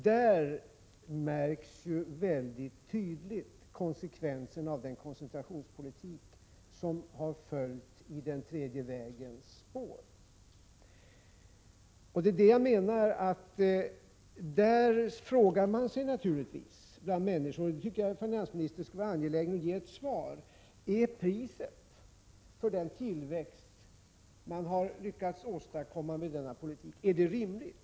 Där märks konsekvenserna väldigt tydligt av den koncentrationspolitik som har följt i den tredje vägens spår. Där frågar sig människor naturligtvis om priset för den tillväxt man har lyckats åstadkomma med denna politik är rimligt.